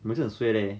每次很 suay leh